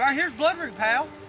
ah here's bloodroot, pal.